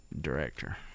director